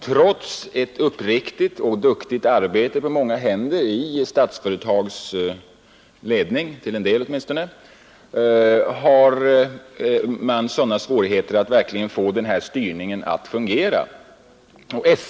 Trots ett duktigt arbete på många händer i Statsföretags ledning har man svårigheter att få denna styrning att 45 fungera.